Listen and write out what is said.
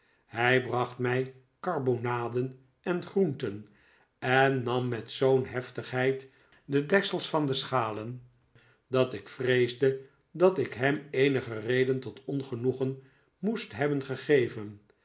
hij bracht mij karbonaden en groenten en nam met zoo'n heftigheid de deksels van de schalen dat ik vreesde dat ik hem eenige reden tot ongenoegen moest hebben gegeven